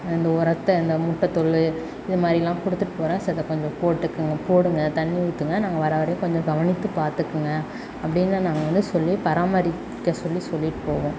இந்த உரத்த இந்த முட்டைத்தோலு இதுமாதிரில்லாம் கொடுத்துட்டு போகிறேன் செத்த கொஞ்சம் போட்டுக்கோங்க போடுங்க தண்ணி ஊற்றுங்க நாங்கள் வர வரையும் கொஞ்சம் கவனித்து பார்த்துக்குங்க அப்படின்னு நாங்கள் வந்து சொல்லி பராமரிக்க சொல்லி சொல்லிவிட்டு போவோம்